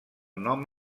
nom